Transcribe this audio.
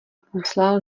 poslal